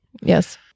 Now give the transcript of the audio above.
Yes